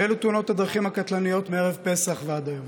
ואלה תאונות הדרכים הקטלניות מערב פסח ועד היום: